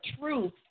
truth